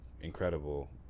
incredible